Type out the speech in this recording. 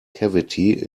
cavity